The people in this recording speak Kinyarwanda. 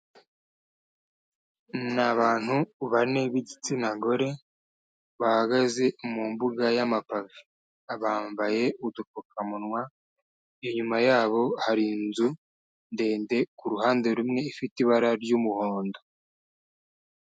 Ni abantu bane b'igitsina gore bahagaze mu mbuga y'amapave, bambaye udupfukamunwa. Inyuma yabo hari inzu ndende, ku ruhande rumwe ifite ibara ry'umuhondo.